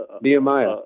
Nehemiah